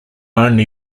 only